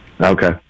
Okay